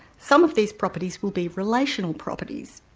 some of these properties will be relational properties.